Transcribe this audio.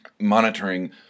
monitoring